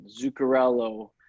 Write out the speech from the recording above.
Zuccarello